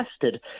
tested